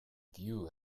view